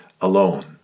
alone